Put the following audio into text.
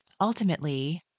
ultimately